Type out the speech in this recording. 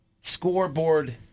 scoreboard